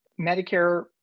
Medicare